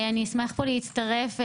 אשמח להצטרף.